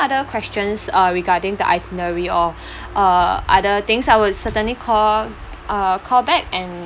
other questions uh regarding the itinerary or uh other things I would certainly call uh call back and